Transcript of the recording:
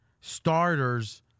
Starters